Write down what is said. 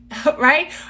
Right